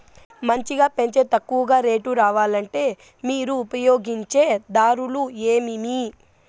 మంచిగా పెంచే ఎక్కువగా రేటు రావాలంటే మీరు ఉపయోగించే దారులు ఎమిమీ?